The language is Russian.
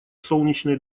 солнечной